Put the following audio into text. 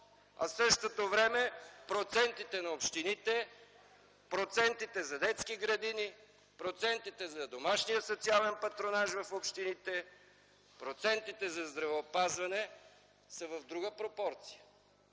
А в същото време процентите на общините, процентите за детски градини, процентите за домашния социален патронаж в общините, процентите за здравеопазване са в друга пропорция!